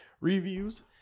reviews